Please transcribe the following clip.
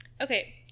Okay